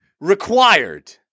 required